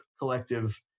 collective